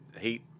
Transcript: heat